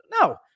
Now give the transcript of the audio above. No